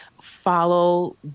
follow